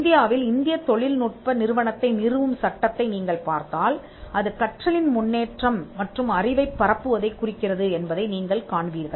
இந்தியாவில் இந்தியத் தொழில்நுட்ப நிறுவனத்தை நிறுவும் சட்டத்தை நீங்கள் பார்த்தால் அது கற்றலின் முன்னேற்றம் மற்றும் அறிவைப் பரப்புவதைக் குறிக்கிறது என்பதை நீங்கள் காண்பீர்கள்